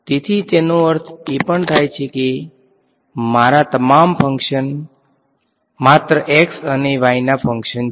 તેથી તેનો અર્થ એ પણ થાય છે કે મારા તમામ ફંકશન માત્ર x અને y ના ફંક્શન છે